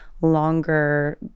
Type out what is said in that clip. longer